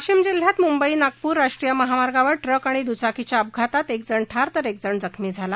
वाशिम जिल्ह्यात मुंबई नागपूर राष्ट्रीय महामार्गावर ट्रक आणि दुचाकीच्या अपघातात एकजण ठार तर एकजण जखमी झाला